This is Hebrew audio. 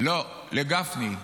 לא, לגפני.